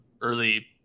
early